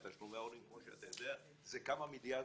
תשלומי ההורים כמו שאתה יודע זה כמה מיליארדים,